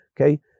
okay